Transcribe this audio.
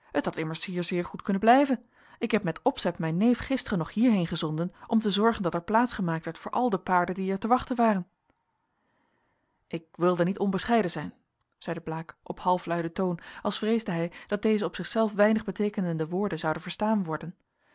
had immers hier zeer goed kunnen blijven ik heb met opzet mijn neef gisteren nog hierheen gezonden om te zorgen dat er plaats gemaakt werd voor al de paarden die er te wachten waren ik wilde niet onbescheiden zijn zeide blaek op halfluiden toon als vreesde hij dat deze op zichzelf weinig beteekenende woorden zouden verstaan worden